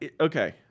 Okay